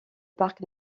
parc